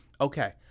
Okay